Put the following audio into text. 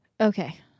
Okay